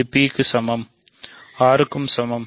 இது P க்கு சமம் அல்லது R க்கு சமம்